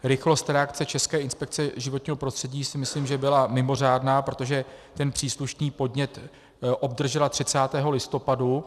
Rychlost reakce České inspekce životního prostředí si myslím, že byla mimořádná, protože ten příslušný podnět obdržela 30. listopadu.